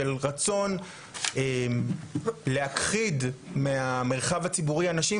של רצון להכחיד מהמרחב הציבורי אנשים,